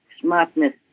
smartness